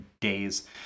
days